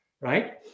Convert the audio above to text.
right